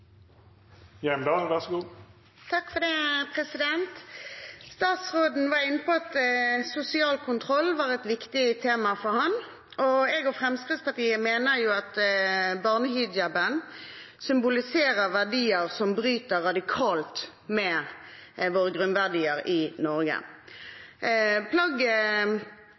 Statsråden var inne på at sosial kontroll var et viktig tema for ham. Fremskrittspartiet og jeg mener at barnehijaben symboliserer verdier som bryter radikalt med våre grunnverdier i Norge.